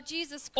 Jesus